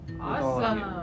Awesome